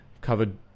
Covered